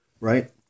right